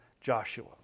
Joshua